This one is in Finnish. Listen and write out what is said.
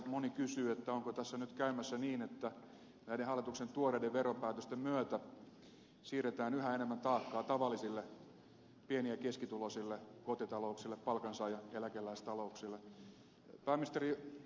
moni kysyy onko tässä nyt käymässä niin että näiden hallituksen tuoreiden veropäätösten myötä siirretään yhä enemmän taakkaa tavallisille pieni ja keskituloisille kotitalouksille palkansaaja ja eläkeläistalouksille